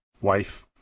wife